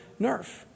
nerf